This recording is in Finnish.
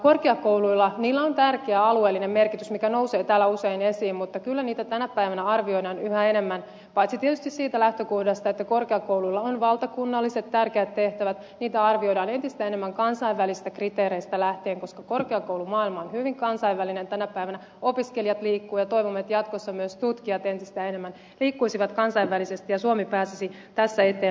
korkeakouluilla on tärkeä alueellinen merkitys mikä nousee täällä usein esiin mutta kyllä niitä tänä päivänä arvioidaan yhä enemmän paitsi tietysti siitä lähtökohdasta että korkeakouluilla on valtakunnalliset tärkeät tehtävät myös entistä enemmän kansainvälisistä kriteereistä lähtien koska korkeakoulumaailma on hyvin kansainvälinen tänä päivänä opiskelijat liikkuvat ja toivomme että jatkossa myös tutkijat entistä enemmän liikkuisivat kansainvälisesti ja suomi pääsisi tässä eteenpäin